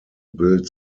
build